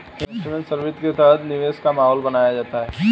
investment service के तहत निवेश का माहौल बनाया जाता है